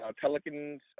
Pelicans